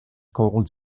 called